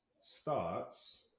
starts